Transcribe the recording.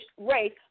race